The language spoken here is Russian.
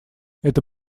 это